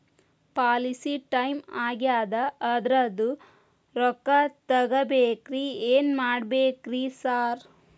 Policy time ಆಗ್ಯಾದ ಅದ್ರದು ರೊಕ್ಕ ತಗಬೇಕ್ರಿ ಏನ್ ಮಾಡ್ಬೇಕ್ ರಿ ಸಾರ್?